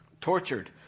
tortured